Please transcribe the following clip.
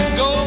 go